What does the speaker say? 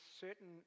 certain